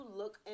look